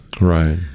right